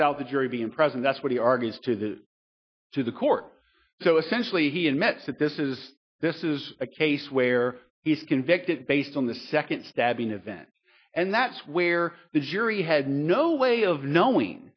without the jury being present that's what he argues to the to the court so essentially he admits that this is this is a case where he's convicted based on the second stabbing event and that's where the jury had no way of knowing